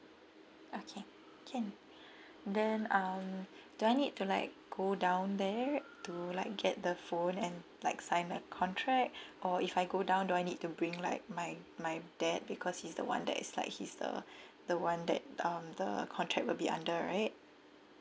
okay can then um do I need to like go down there to like get the phone and like sign the contract or if I go down do I need to bring like my my dad because he's the one that is like he's the the one that um the contract will be under right